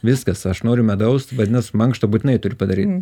viskas aš noriu medaus vadinas mankštą būtinai turi padaryt